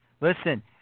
Listen